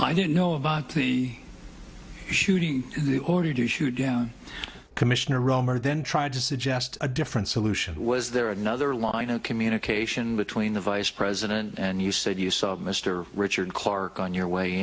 i didn't know about the shooting the order to shoot down commissioner roemer then tried to suggest a different solution was there another line of communication between the vice president and you said you saw mr richard clarke on your way